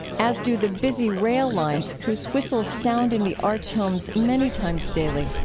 as do the busy rail lines, whose whistles sound in the arch homes many times daily